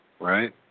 right